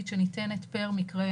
במקרים